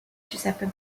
giuseppe